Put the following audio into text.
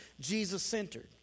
Jesus-centered